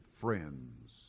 friends